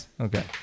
Okay